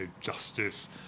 justice